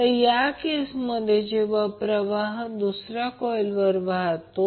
तर या केसमधे जेव्हा प्रवाह दुसऱ्या कॉइलवर वाहतो